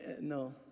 No